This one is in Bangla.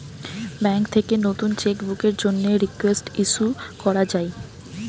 ব্যাঙ্ক থেকে নতুন চেক বুকের জন্যে রিকোয়েস্ট ইস্যু করা যায়